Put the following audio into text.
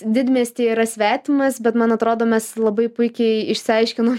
didmiestyje yra svetimas bet man atrodo mes labai puikiai išsiaiškinom